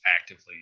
actively